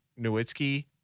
Nowitzki